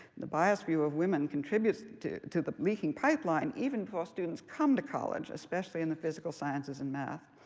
the biased view of women contributes to to the leaking pipeline, even before students come to college, especially in the physical sciences and math.